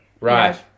Right